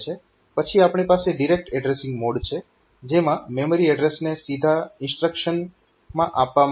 પછી આપણી પાસે ડિરેક્ટ એડ્રેસીંગ મોડ છે જેમાં મેમરી એડ્રેસને સીધા ઇન્સ્ટ્રક્શનમાં આપવામાં આવે છે